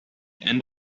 end